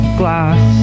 glass